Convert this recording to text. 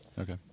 okay